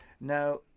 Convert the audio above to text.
Now